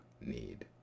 need